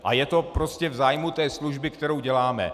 A je to prostě v zájmu služby, kterou děláme.